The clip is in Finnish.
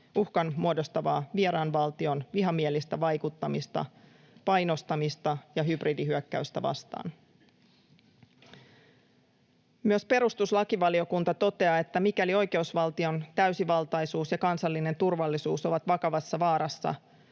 uhkan muodostavaa vieraan valtion vihamielistä vaikuttamista, painostamista ja hybridihyökkäystä vastaan. Myös perustuslakivaliokunta toteaa, että mikäli oikeusvaltion täysivaltaisuus ja kansallinen turvallisuus ovat vakavassa vaarassa,